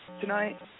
tonight